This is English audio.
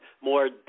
more